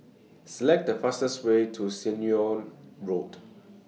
Select The fastest Way to Ceylon Road